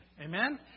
Amen